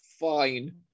fine